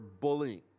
bullying